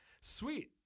sweet